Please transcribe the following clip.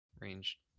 Range